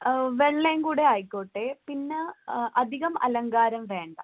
ആ വെള്ളയും കൂടെ ആയിക്കോട്ടെ പിന്നെ അധികം അലങ്കാരം വേണ്ട